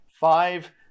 Five